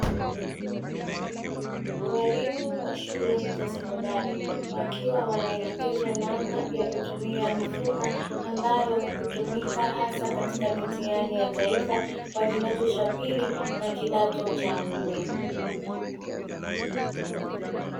Walimu wa shule za sekondari wakiwa wanaelekezwa namna ya kutumia mifuko ambayo hutumika hasa katika mitihani ya taifa wa kidato cha pili na kidato cha nne.